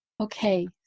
Okay